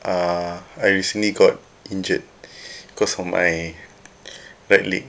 uh I recently got injured because of my bad leg